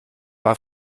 war